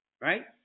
right